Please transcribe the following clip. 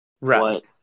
Right